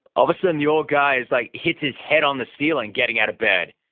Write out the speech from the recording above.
of a sudden the old guy is like, hits his head on the ceiling getting out of bed.